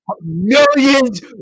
millions